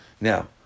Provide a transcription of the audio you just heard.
Now